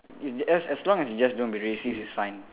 it's just as long as you just don't be racist it's fine